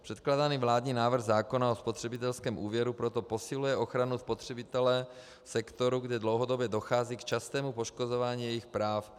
Předkládaný vládní návrh zákona o spotřebitelském úvěru proto posiluje ochranu spotřebitele, sektoru, kde dlouhodobě dochází k častému poškozování jejich práv.